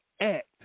act